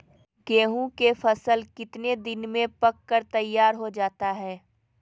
गेंहू के फसल कितने दिन में पक कर तैयार हो जाता है